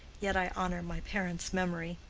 yet i honor my parents' memory.